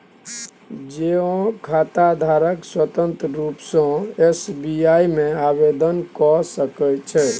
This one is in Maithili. जौंआँ खाताधारक स्वतंत्र रुप सँ एस.बी.आइ मे आवेदन क सकै छै